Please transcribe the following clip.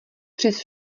přes